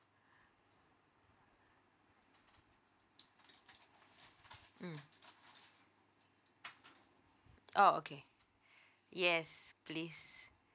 mm oh okay yes please